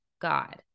God